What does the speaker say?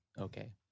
okay